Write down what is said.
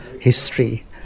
history